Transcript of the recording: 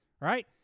right